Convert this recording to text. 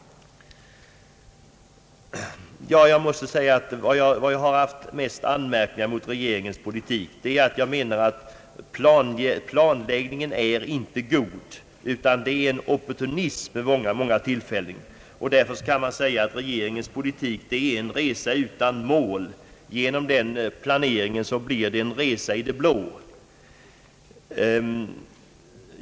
Det jag främst har haft anledning att anmärka på i regeringens politik är att planläggningen inte är god. Det är vid många tillfällen fråga om en opportunism. Därför kan man säga att regeringens politik är en resa utan mål. Genom den bristande planeringen blir det en resa i det blå.